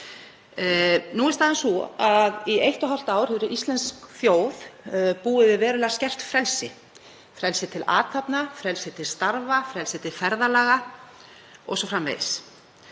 Nú er staðan sú að í eitt og hálft ár hefur íslensk þjóð búið við verulega skert frelsi; frelsi til athafna, frelsi til starfa, frelsi til ferðalaga o.s.frv.